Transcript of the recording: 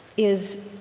is,